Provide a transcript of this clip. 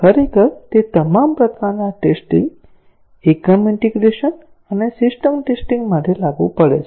ખરેખર તે તમામ પ્રકારના ટેસ્ટીંગ એકમ ઈન્ટીગ્રેશન અને સિસ્ટમ ટેસ્ટીંગ માટે લાગુ પડે છે